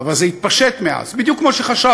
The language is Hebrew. אבל זה התפשט מאז, בדיוק כמו שחשבנו.